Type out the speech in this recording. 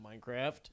Minecraft